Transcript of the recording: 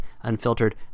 unfiltered